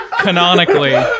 canonically